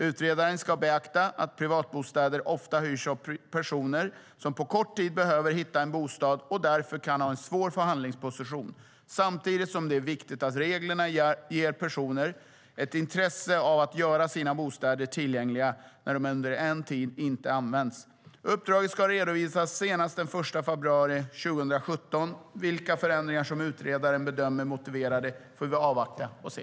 Utredaren ska beakta att privatbostäder ofta hyrs av personer som på kort tid behöver hitta en bostad och därför kan ha en svår förhandlingsposition, samtidigt som det är viktigt att reglerna ger personer ett intresse av att göra sina bostäder tillgängliga när de under en tid inte används. Uppdraget ska redovisas senast den 1 februari 2017. Vilka förändringar som utredaren bedömer motiverade får vi avvakta och se.